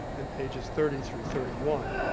and pages thirty through thirty one.